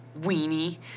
Weenie